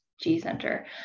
g-center